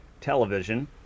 television